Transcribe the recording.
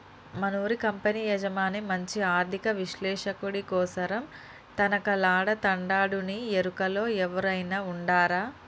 మనూరి కంపెనీ యజమాని మంచి ఆర్థిక విశ్లేషకుడి కోసరం తనకలాడతండాడునీ ఎరుకలో ఎవురైనా ఉండారా